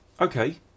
Okay